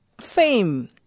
Fame